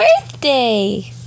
birthday